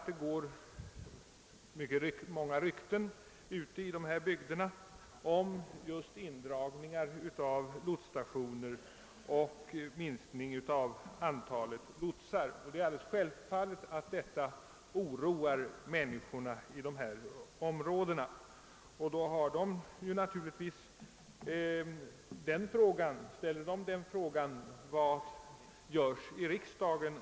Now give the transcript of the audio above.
Det går nämligen många rykten om indragningar av lotsstationer och minskning av antalet lotsar, vilket alldeles självfallet oroar människorna i skärgårdsområdena, som ställer sig frågan: Vad görs i riksdagen?